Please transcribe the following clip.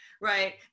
Right